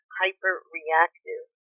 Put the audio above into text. hyper-reactive